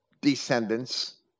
descendants